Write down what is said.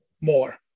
more